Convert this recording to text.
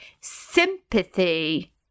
sympathy